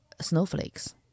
snowflakes